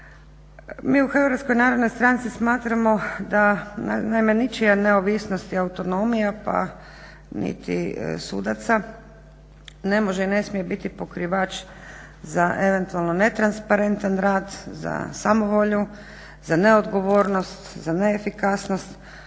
Mi u HNS-u smatramo da ničija neovisnost i autonomija pa niti sudaca ne može i ne smije biti pokrivač za eventualno netransparentan rad, za samovolju, za neodgovornost, za neefikasnost.